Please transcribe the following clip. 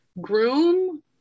groom